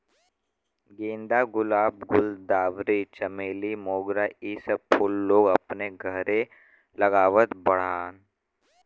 गेंदा, गुलाब, गुलदावरी, चमेली, मोगरा इ सब फूल लोग अपने घरे लगावत बाड़न